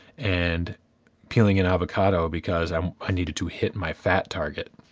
and peeling an avocado, because um i needed to hit my fat target.